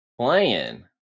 playing